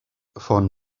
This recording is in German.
von